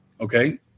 Okay